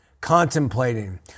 contemplating